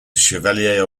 chevalier